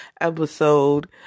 episode